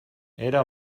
era